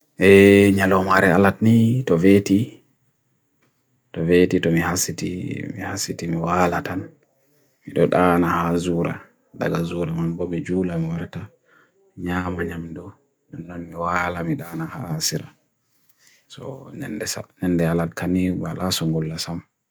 E nyalo omare alatni to veti, to veti to mihasiti, mihasiti mewa alatan. Mido dana hazura, daga zura man bobe jula mewa rata, nya hama nya mido, nya nya wala mida ana hahasira. So nyan de alat kani wala sumgula sam.